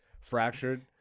fractured